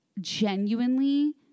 genuinely